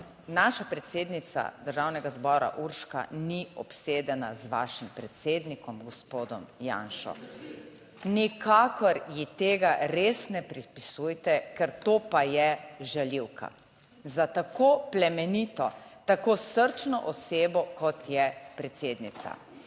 Naša predsednica Državnega zbora Urška ni obsedena z vašim predsednikom, gospodom Janšo. Nikakor ji tega res ne pripisujte, ker to pa je žaljivka za tako plemenito, tako srčno osebo, kot je predsednica.